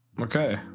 Okay